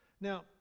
Now